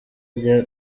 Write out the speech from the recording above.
ajya